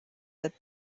that